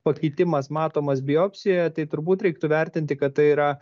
pakitimas matomas biopsijoje tai turbūt reiktų vertinti kad tai yra